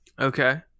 okay